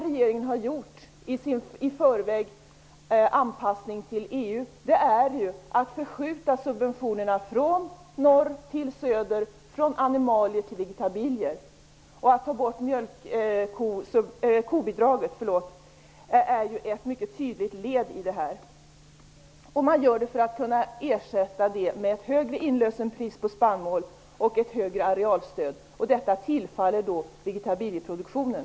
Regeringen har ju, som ett led i sin anpassning till EU i förväg, förskjutit subventionerna från norr till söder, från animalier till vegetabilier. Att ta bort kobidraget är mycket tydligt en del i detta. Man gör det för att kunna ersätta kobidraget med ett högre inlösenpris på spannmål och ett större arealstöd, och det är sådant som tillfaller vegetabilieproduktionen.